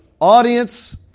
audience